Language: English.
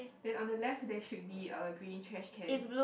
then on the left there should be a green trash can